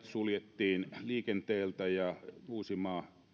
suljettiin liikenteeltä ja uusimaa